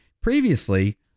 Previously